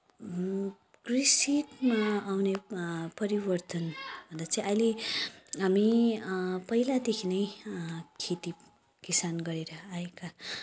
कृषिमा आउने परिवर्तन भन्दा चाहिँ अहिले हामी पहिलादेखि नै खेती किसान गरेर आएका